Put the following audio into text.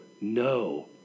no